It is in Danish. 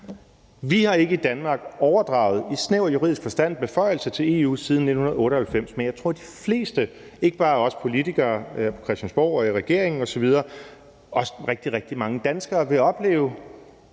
Vi har ikke i Danmark i snæver juridisk forstand overdraget beføjelser til EU siden 1998, men jeg tror, de fleste – ikke bare os politikere på Christiansborg og i regeringen osv., men også rigtig, rigtig mange danskere – vil opleve,